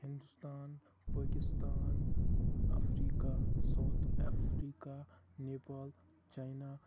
Hindustan Pakistan Africa South Africa Nepal China